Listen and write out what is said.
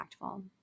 impactful